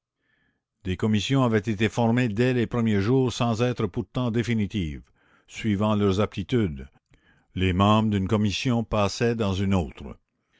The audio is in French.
des commissions avaient été formées dès les premiers jours sans être pourtant définitives suivant leurs aptitudes les membres d'une commission passaient dans une autre